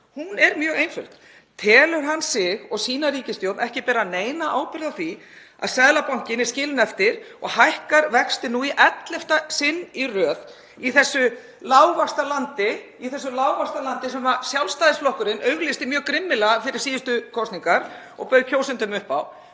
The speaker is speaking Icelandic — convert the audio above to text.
Hún er mjög einföld: Telur hann sig og sína ríkisstjórn ekki bera neina ábyrgð á því að Seðlabankinn er skilinn eftir og hækkar vexti í 11. sinn í röð í þessu lágvaxtalandi sem Sjálfstæðisflokkurinn auglýsti mjög grimmilega fyrir síðustu kosningar og bauð kjósendum upp á?